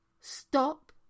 stop